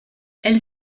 elle